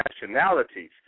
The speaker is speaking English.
nationalities